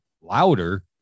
louder